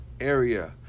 area